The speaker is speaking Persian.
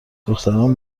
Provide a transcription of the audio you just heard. دختران